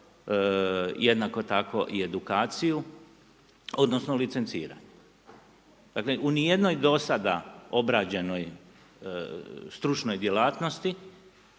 jednako tako i edukaciju odnosno licenciranje. Dakle u ni jednoj do sada obrađenoj stručnoj djelatnosti